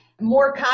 More